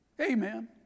Amen